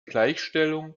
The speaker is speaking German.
gleichstellung